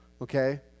Okay